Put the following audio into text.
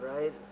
right